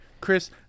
Chris